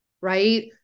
right